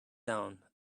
down